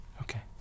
Okay